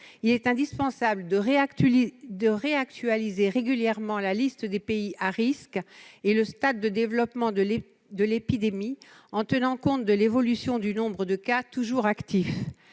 il est indispensable de réactualiser régulièrement la liste des pays à risques et le stade de développement de l'épidémie en tenant compte de l'évolution du nombre de cas toujours actifs.